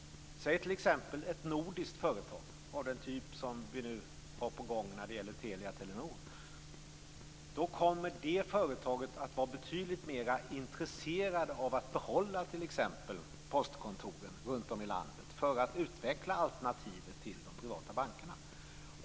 Ta t.ex. ett nordiskt företag av den typ som nu är på gång när det gäller Telia-Telenord. Det företaget kommer att vara betydligt mer intresserat av att behålla t.ex. postkontoren runt om i landet för att utveckla alternativ till de privata bankerna.